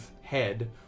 head